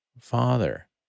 Father